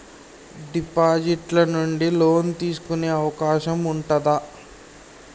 Deposit ల నుండి loan తీసుకునే అవకాశం ఉంటదా?